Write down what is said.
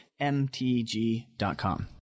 mtg.com